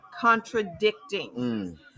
contradicting